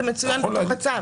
זה מצוין בתוך הצו.